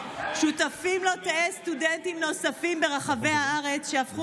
שותפים לו תאי סטודנטים נוספים ברחבי הארץ שהפכו